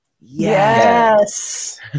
Yes